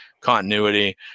continuity